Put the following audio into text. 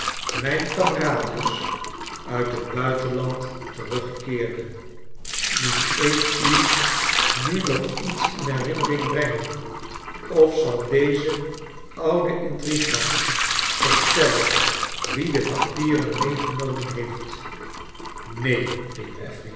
mijn kameraad dus uit het buitenland teragkeerde moet ik u nu nog iets in herinnering brengen of zal deze oude intrigant verlellen wie de papieren meegenomen heeft